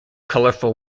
colorful